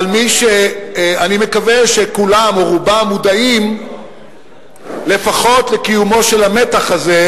אבל אני מקווה שכולם או רובם מודעים לפחות לקיומו של המתח הזה,